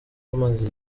amaze